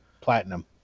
platinum